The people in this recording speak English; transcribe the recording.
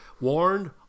warned